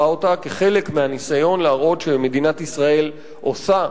אותה כחלק מהניסיון להראות שמדינת ישראל עושה